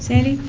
sandy